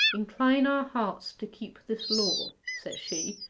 incline our hearts to keep this law, says she,